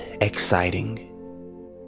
exciting